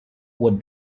would